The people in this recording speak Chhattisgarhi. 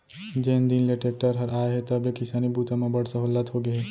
जेन दिन ले टेक्टर हर आए हे तब ले किसानी बूता म बड़ सहोल्लत होगे हे